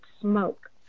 smoke